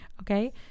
okay